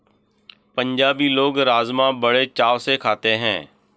पंजाबी लोग राज़मा बड़े चाव से खाते हैं